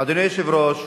אדוני היושב-ראש,